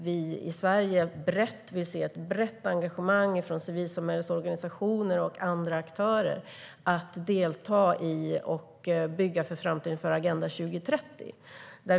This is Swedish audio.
Vi i Sverige vill se ett brett engagemang från civilsamhällsorganisationer och andra aktörer för att bygga för framtiden och för Agenda 2030.